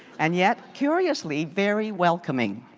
and yet curiously, very welcoming.